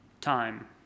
time